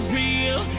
real